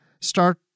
start